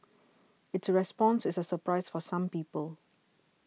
its response is a surprise for some people